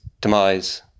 demise